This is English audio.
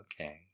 okay